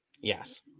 Yes